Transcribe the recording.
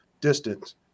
distance